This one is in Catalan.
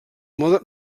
mode